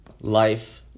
Life